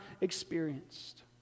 experienced